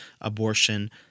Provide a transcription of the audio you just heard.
abortion